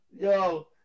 Yo